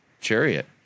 chariot